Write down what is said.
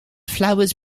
flowers